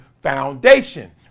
Foundation